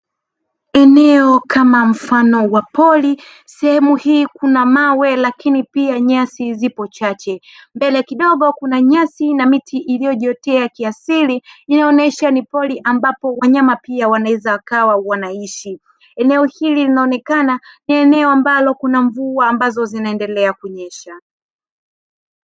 Eneo kama mfano wa pori sehemu hii kuna mawe lakini pia nyasi zipo chache mbele kidogo kuna nyasi na miti iliyojiotea kiasili, inaonyesha ni pori ambapo pia wanyama wanaweza kuwa wanaishi.